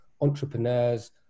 entrepreneurs